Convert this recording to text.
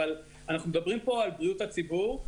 אבל אנחנו מדברים פה על בריאות הציבור,